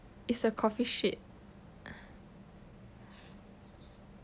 it's a coffee shit